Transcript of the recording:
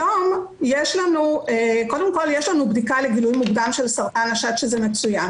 היום יש לנו בדיקה לגילוי מוקדם של סרטן השד שזה מצוין,